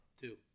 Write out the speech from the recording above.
Two